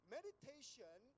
Meditation